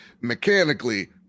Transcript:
mechanically